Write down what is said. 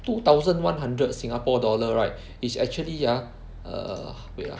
two thousand one hundred Singapore dollar right is actually ah err wait ah